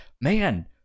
man